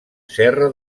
serra